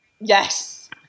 Yes